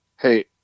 Hey